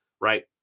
Right